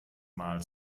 mal